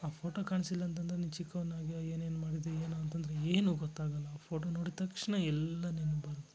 ಆ ಫೋಟೋ ಕಾಣಿಸಿಲ್ಲ ಅಂತಂದರೆ ನೀನು ಚಿಕ್ಕವನಿದ್ದಾಗ ಏನೇನು ಮಾಡಿದ್ದಿ ಏನು ಅಂತಂದರೆ ಏನು ಗೊತ್ತಾಗಲ್ಲ ಆ ಫೋಟೋ ನೋಡಿದ ತಕ್ಷಣ ಎಲ್ಲ ನೆನ್ಪು ಬರುತ್ತೆ